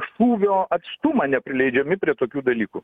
šūvio atstumą neprileidžiami prie tokių dalykų